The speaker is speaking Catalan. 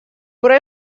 però